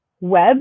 web